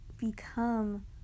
become